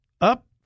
up